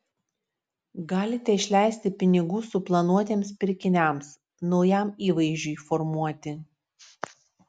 galite išleisti pinigų suplanuotiems pirkiniams naujam įvaizdžiui formuoti